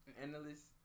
analysts